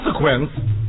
consequence